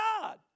God